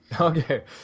Okay